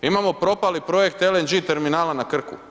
Imamo propali projekt LNG terminala na Krku.